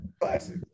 Classic